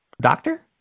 Doctor